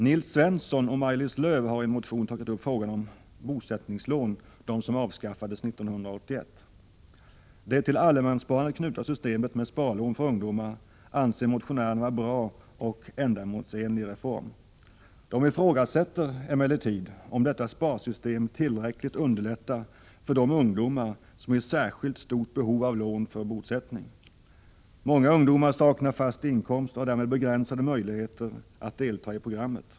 Nils Svensson och Maj-Lis Lööw har i en motion tagit upp frågan om de bosättningslån som avskaffades år 1981. Det till allemanssparandet knutna systemet med bosparlån för ungdomar anser motionärerna vara en bra och ändamålsenlig reform. De ifrågasätter emellertid om detta sparsystem tillräckligt underlättar för de ungdomar som är i särskilt stort behov av lån för bosättning. Många ungdomar saknar fast inkomst och har därmed begränsade möjligheter att delta i programmet.